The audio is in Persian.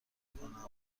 کنم